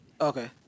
Okay